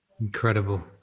Incredible